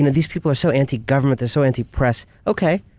these people are so anti-government. they're so anti-press. okay.